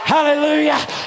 Hallelujah